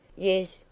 yes,